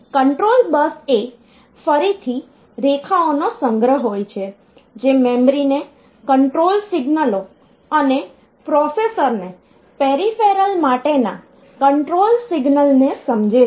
control bus એ ફરીથી રેખાઓનો સંગ્રહ હોય છે જે મેમરીને કંટ્રોલ સિગ્નલો અને પ્રોસેસરને પેરિફેરલ માટેના કંટ્રોલ સિગ્નલને સમજે છે